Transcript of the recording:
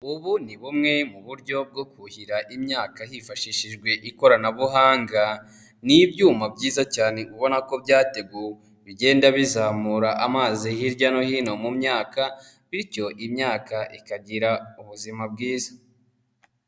Ubu ni bumwe mu buryo bwo kuhira imyaka hifashishijwe ikoranabuhanga, ni ibyuma byiza cyane ubona ko byateguwe bigenda bizamura amazi hirya no hino mu myaka bityo imyaka ikagira ubuzima bwiza.